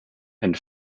and